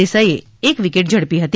દેસાઇએ એક વિકેટ ઝડપી ફતી